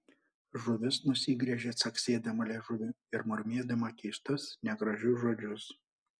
žuvis nusigręžė caksėdama liežuviu ir murmėdama keistus negražius žodžius